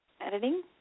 editing